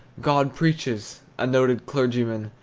god preaches, a noted clergyman,